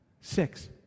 Six